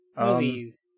Movies